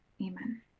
amen